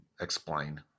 explain